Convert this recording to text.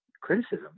criticism